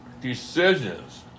decisions